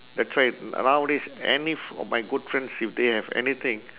a trend nowadays any of my good friends if they have anything